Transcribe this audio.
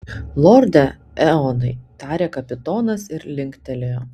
lorde eonai tarė kapitonas ir linktelėjo